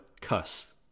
cuss